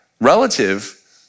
relative